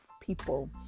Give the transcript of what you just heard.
people